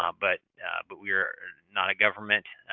ah but but we are not a government,